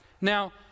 Now